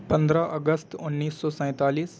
پندرہ اگست انیس سو سینتالیس